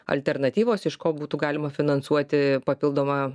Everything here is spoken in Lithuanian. alternatyvos iš ko būtų galima finansuoti papildomą